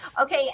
Okay